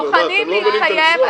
אתם לא מבינים את הניסוח?